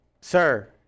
sir